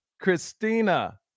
Christina